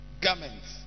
garments